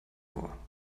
vor